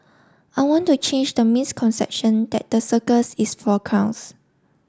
I want to change the misconception that the circus is for clowns